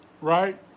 right